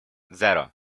zero